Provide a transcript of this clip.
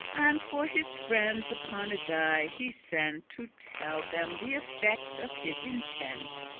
and for his friends upon a day he sent to tell them the effect of his intent.